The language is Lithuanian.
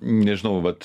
nežinau vat